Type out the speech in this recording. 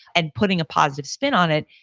and putting a positive spin on it,